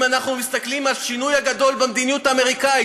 אם אנחנו מסתכלים על השינוי הגדול במדיניות האמריקנית,